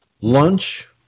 lunch